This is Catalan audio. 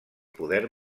poder